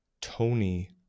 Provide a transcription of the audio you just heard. Tony